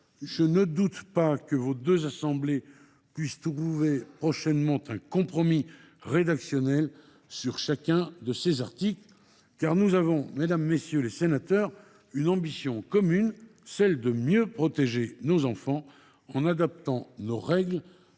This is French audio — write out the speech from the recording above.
je ne doute pas que vos deux assemblées puissent trouver prochainement un compromis rédactionnel sur chacun de ces articles,… C’est facile… … car nous avons, mesdames, messieurs les sénateurs, une ambition commune : mieux protéger nos enfants en adaptant nos règles